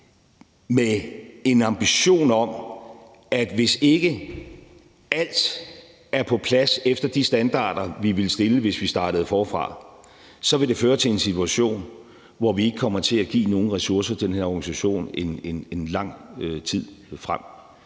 med en ambition om, at hvis ikke alt er på plads efter de standarder, vi ville stille, hvis vi startede forfra, så vil det føre til en situation, hvor vi ikke kommer til at give nogen ressourcer til den her organisation en lang tid frem.